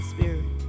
Spirit